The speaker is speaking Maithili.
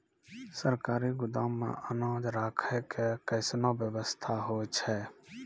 सरकारी गोदाम मे अनाज राखै के कैसनौ वयवस्था होय छै?